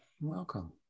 welcome